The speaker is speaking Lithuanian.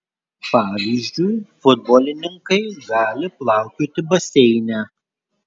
pavyzdžiui futbolininkai gali plaukioti baseine